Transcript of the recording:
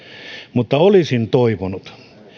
mutta olisin toivonut